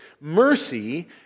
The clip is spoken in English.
Mercy